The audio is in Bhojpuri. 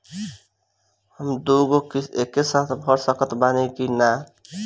हम दु गो किश्त एके साथ भर सकत बानी की ना?